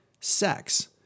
sex